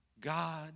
God